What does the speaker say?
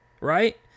right